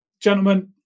Gentlemen